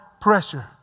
pressure